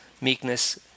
meekness